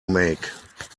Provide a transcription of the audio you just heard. make